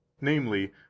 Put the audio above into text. namely